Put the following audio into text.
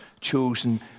chosen